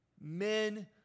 men